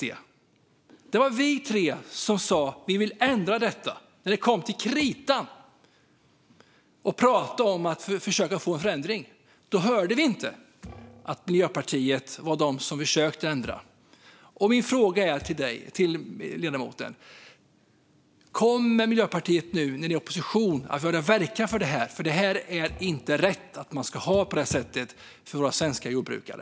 Det var vi tre som sa att vi vill ändra detta. När det kom till kritan i pratet om en förändring hörde vi inte att Miljöpartiet försökte göra en ändring. Jag har följande fråga till ledamoten: Kommer Miljöpartiet att i opposition verka för en ändring? Det är inte rätt att det ska vara så för våra svenska jordbrukare.